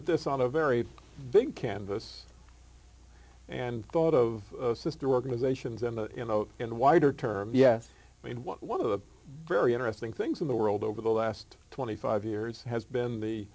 at this on a very big canvas and thought of sister organizations and you know in wider terms yes i mean one of the very interesting things in the world over the last twenty five years has been the